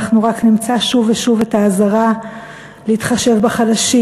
אנחנו רק נמצא שוב ושוב את האזהרה להתחשב בחלשים,